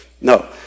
No